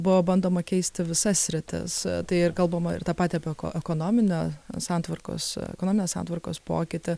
buvo bandoma keisti visas sritis tai ir kalbama ir tą patį apie eko ekonominio santvarkos ekonominės santvarkos pokytį